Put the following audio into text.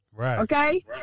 Okay